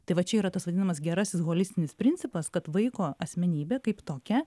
tai va čia yra tas vadinamas gerasis holistinis principas kad vaiko asmenybė kaip tokia